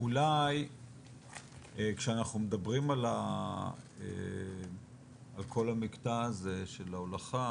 אולי כשאנחנו מדברים על כל המקטע הזה של ההולכה,